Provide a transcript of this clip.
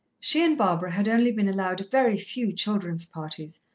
she and barbara had only been allowed a very few children's parties,